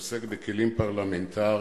שעוסק בכלים פרלמנטריים.